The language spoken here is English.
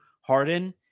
Harden